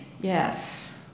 Yes